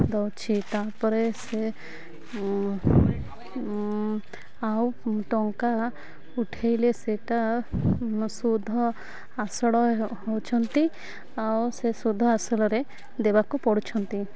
ଦେଉଛି ତା'ପରେ ସେ ଆଉ ଟଙ୍କା ଉଠାଇଲେ ସେଇଟା ଶୋଧ ଆସଡ଼ ହେଉଛନ୍ତି ଆଉ ସେ ଶୋଧ ଆସଡ଼ରେ ଦେବାକୁ ପଡ଼ୁଛନ୍ତି